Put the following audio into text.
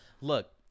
Look